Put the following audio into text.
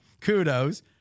Kudos